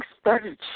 started